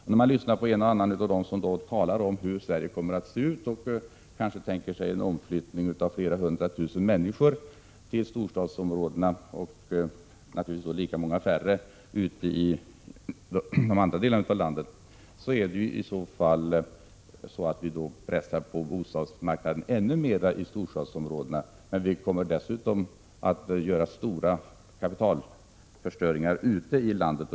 Vi hör ibland talas om hur man tänker sig en omflyttning av flera hundra tusen människor från olika delar av landet till storstadsområdena. Om så sker, innebär ju det ett oerhört tryck på bostadsmarknaden i storstadsområdena, samtidigt som det sker en stor kapitalförstöring ute i landet.